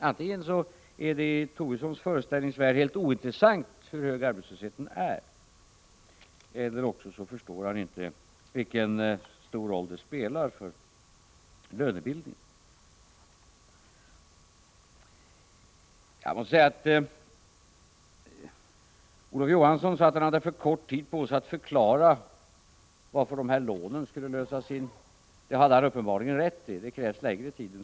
Antingen är det i Tobissons föreställningsvärld helt ointressant hur hög arbetslösheten är eller också förstår han inte vilken stor roll den spelar för lönebildningen. Olof Johansson sade att han hade för kort tid på sig för att kunna förklara varför de lån som det talats om skulle lösas in. Det hade han uppenbarligen rätt i — det krävs längre tid.